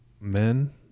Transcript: men